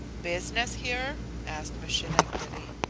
business here? asked miss schenectady.